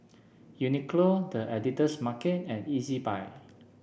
Uniqlo The Editor's Market and Ezbuy